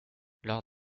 lors